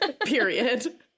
Period